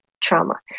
trauma